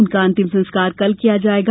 उनका अंतिम संस्कार कल किया जाएगा